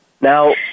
Now